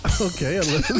Okay